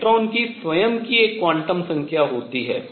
electron की स्वयं की एक क्वांटम संख्या होती है